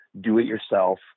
do-it-yourself